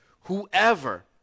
whoever